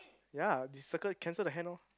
ya this circle cancel the hand lor